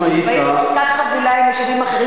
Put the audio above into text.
הם באים בעסקת חבילה עם יישובים אחרים,